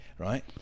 Right